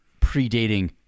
predating